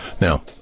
Now